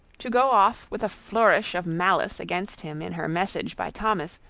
to go off with a flourish of malice against him in her message by thomas,